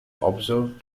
observed